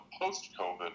post-COVID